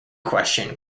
question